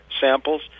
samples